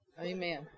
Amen